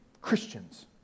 Christians